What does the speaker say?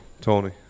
Tony